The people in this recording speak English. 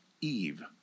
Eve